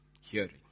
Hearing